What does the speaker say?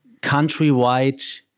countrywide